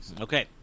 Okay